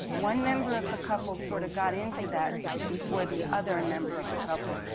one member of the couples sort of got into that before the other a member of the couple.